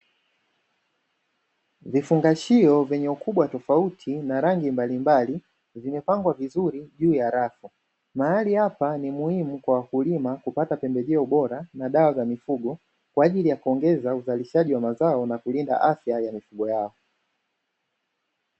Vifungashio vyenye ukubwa tofauti na rangi mbalimbali vimepangwa vizuri juu ya rafu. Mahali hapa ni muhimu kwa wakulima kupata pembejeo bora na dawa za mifugo kwa ajili ya kuongeza uzalishaji wa mazao na kulinda afya ya mifugo yao.